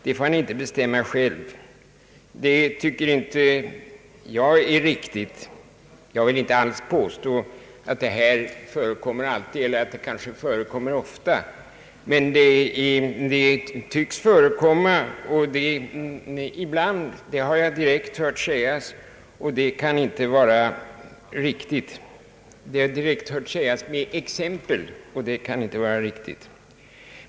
Det får han inte bestämma själv, och det tycker inte jag är riktigt. Jag vill inte alls påstå att detta förekommer alltid eller ofta, men det tycks förekomma ibland — det har jag fått direkta exempel på — och det kan inte vara riktigt.